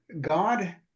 God